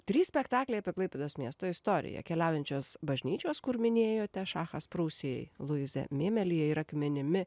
trys spektakliai apie klaipėdos miesto istoriją keliaujančios bažnyčios kur minėjote šachas prūsijai luiza mimelije ir akmenimi